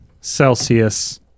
Celsius